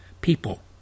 people